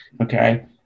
okay